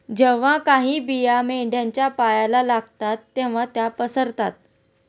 जेव्हा काही बिया मेंढ्यांच्या पायाला लागतात तेव्हा त्या पसरतात